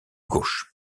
gauche